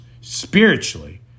spiritually